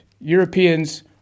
Europeans